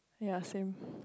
ya same